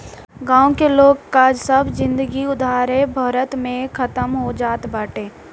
गांव के लोग कअ सब जिनगी उधारे भरत में खतम हो जात बाटे